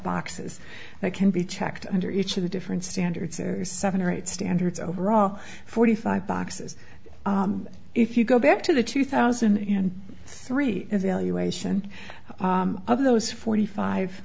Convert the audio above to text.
boxes that can be checked under each of the different standards is seven or eight standards overall forty five boxes if you go back to the two thousand and three evaluation of those forty five